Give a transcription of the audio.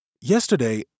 Yesterday